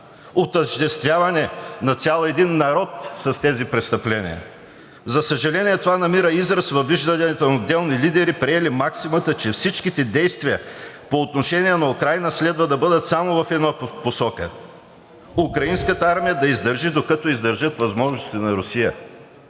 отъждествяване на цял един народ с тези престъпления. За съжаление, това намира израз във вижданията на отделни лидери, приели максимата, че всички действия по отношение на Украйна следва да бъдат само в една посока – украинската армия да издържи, докато издържат възможностите на Русия.